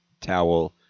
towel